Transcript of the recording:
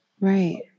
right